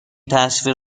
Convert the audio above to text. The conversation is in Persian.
تصویر